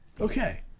Okay